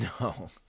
No